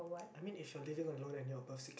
I mean if you are living alone and you are above six~